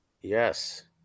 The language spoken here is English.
Yes